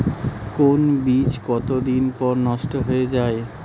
কোন বীজ কতদিন পর নষ্ট হয়ে য়ায়?